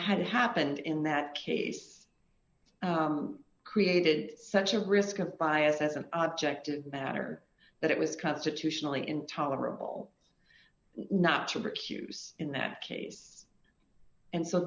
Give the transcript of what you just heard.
had happened in that case created such a risk of bias as an objective matter that it was constitutionally intolerable not to recuse in that case and so